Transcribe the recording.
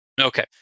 Okay